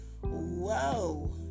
whoa